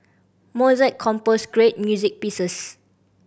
Mozart composed great music pieces